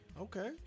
Okay